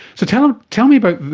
so tell tell me about,